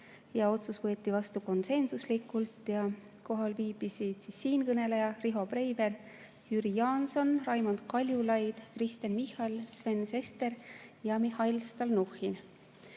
Otsus võeti vastu konsensuslikult. Kohal viibisid siinkõneleja, Riho Breivel, Jüri Jaanson, Raimond Kaljulaid, Kristen Michal, Sven Sester ja Mihhail Stalnuhhin.